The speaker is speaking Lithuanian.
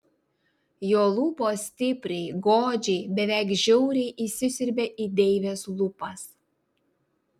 jo lūpos stipriai godžiai beveik žiauriai įsisiurbė į deivės lūpas